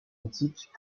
antique